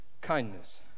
kindness